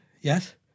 Yes